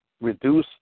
reduce